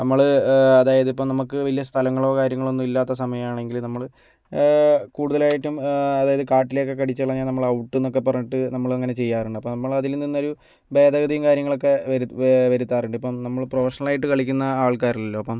നമ്മൾ അതായത് ഇപ്പം നമുക്ക് വലിയ സ്ഥലങ്ങളോ കാര്യങ്ങളോ ഒന്നും ഇല്ലാത്ത സമയമാണെങ്കിൽ നമ്മൾ കൂടുതലായിട്ടും അതായത് കാട്ടിൽ ഒക്കെ അടിച്ച് കളഞ്ഞാൽ നമ്മൾ ഔട്ട് എന്നൊക്കെ പറഞ്ഞിട്ട് നമ്മൾ അങ്ങനെ ചെയ്യാറുണ്ട് അപ്പം നമ്മൾ അതിൽ നിന്നൊരു ഭേദഗതിയും കാര്യങ്ങളൊക്കെ വരു വരുത്താറുണ്ട് ഇപ്പം നമ്മൾ പ്രൊഫഷണലായിട്ട് കളിക്കുന്ന ആൾക്കാരല്ലല്ലോ അപ്പം